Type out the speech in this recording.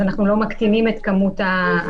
ואז אנחנו לא מקטינים את כמות האנשים.